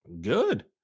good